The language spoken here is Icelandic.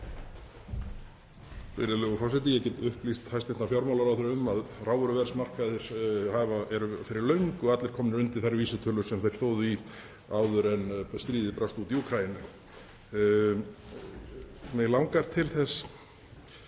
Virðulegur forseti. Ég get upplýst hæstv. fjármálaráðherra um að hrávöruverðsmarkaðir eru fyrir löngu allir komnir undir þær vísitölur sem þeir stóðu í áður en stríðið braust út í Úkraínu. Mig langar til þess